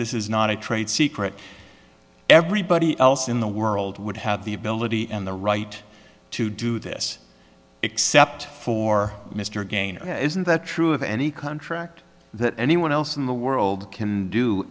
this is not a trade secret everybody else in the world would have the ability and the right to do this except for mr again isn't that true of any contract that anyone else in the world can do